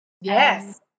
Yes